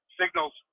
signals